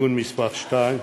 (תיקון מס' 2)